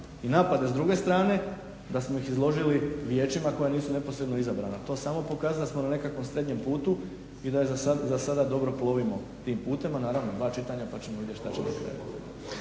i napade s druge strane da smo ih izložili vijećima koja nisu neposredno izabrana. To samo pokazuje da smo na nekakvom srednjem putu i da za sada dobro plovimo tim putem. A naravno dva čitanja pa ćemo vidjeti što će biti